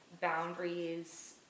boundaries